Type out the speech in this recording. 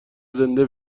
زنده